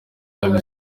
yaba